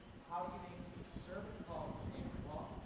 how do you make service calls with xamarin? well,